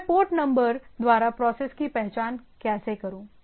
मैं port number द्वारा process की पहचान कैसे करूं